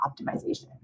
optimization